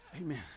amen